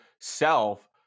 self